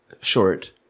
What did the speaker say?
short